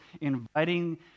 inviting